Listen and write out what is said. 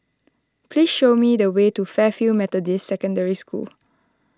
please show me the way to Fairfield Methodist Secondary School